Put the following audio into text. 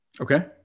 Okay